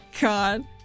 God